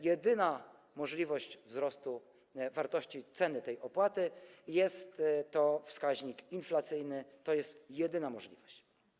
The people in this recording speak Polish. Jedyna możliwość wzrostu wartości tej opłaty to wskaźnik inflacyjny, to jest jedyna możliwość.